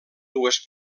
dues